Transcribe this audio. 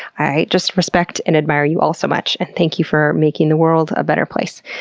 i just respect and admire you all so much. and thank you for making the world a better place.